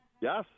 Yes